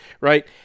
right